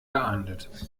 geahndet